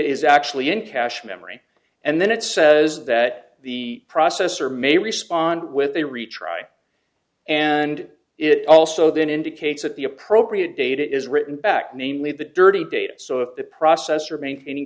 is actually in cache memory and then it says that the processor may respond with a retry and it also then indicates that the appropriate data is written back namely the dirty data so if the processor maintaining